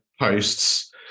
posts